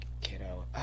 kiddo